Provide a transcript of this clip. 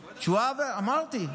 אמרתי.